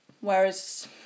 Whereas